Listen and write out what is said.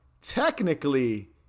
technically